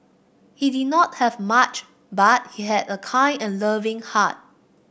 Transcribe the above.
he did not have much but he had a kind and loving heart